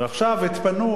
ועכשיו התפנו,